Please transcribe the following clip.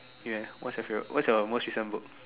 ya what's your favourite what's your most recent book